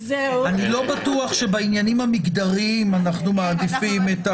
אני לא בטוח שבעניינים המגדריים אנחנו מעדיפים.